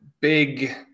big